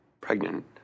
pregnant